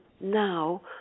now